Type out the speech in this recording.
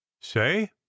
say